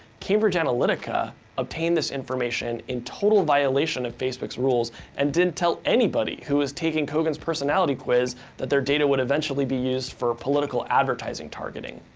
cambridge analytica obtained this information in total violation of facebook's rules and didn't tell anybody who was taking kogan's personality quiz that their data would eventually be used for political advertising targeting.